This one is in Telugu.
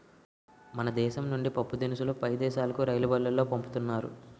మన దేశం నుండి పప్పుదినుసులు పై దేశాలుకు రైలుబల్లులో పంపుతున్నారు